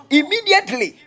immediately